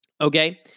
Okay